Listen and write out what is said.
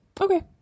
Okay